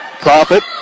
Profit